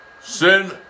Sin